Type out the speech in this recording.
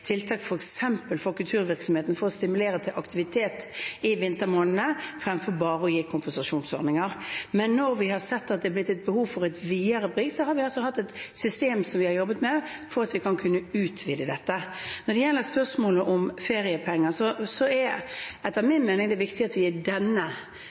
tiltak f.eks. for kulturvirksomheten for å stimulere til aktivitet i vintermånedene fremfor bare å gi kompensasjonsordninger. Men når vi har sett at det er blitt et behov for noe videre, har vi altså hatt et system som vi har jobbet med for at vi skal kunne utvide dette. Når det gjelder spørsmålet om feriepenger, er det etter